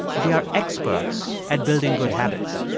they are expert at building good habits.